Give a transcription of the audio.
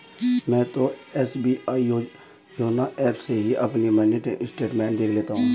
मैं तो SBI YONO app से ही अपनी मिनी स्टेटमेंट देख लेती हूँ